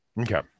Okay